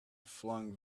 flung